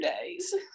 days